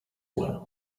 well